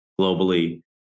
globally